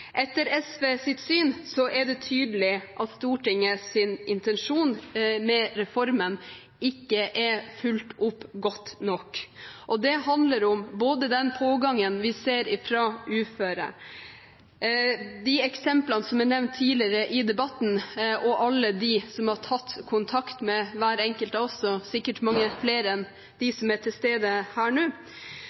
det tydelig at Stortingets intensjon med reformen ikke er fulgt opp godt nok. Det handler om den pågangen vi ser fra uføre, de eksemplene som er nevnt tidligere i debatten, og alle dem som har tatt kontakt med hver enkelt av oss – og sikkert mange flere enn dem som er til stede her nå